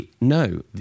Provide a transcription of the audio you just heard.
no